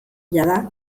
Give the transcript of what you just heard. jada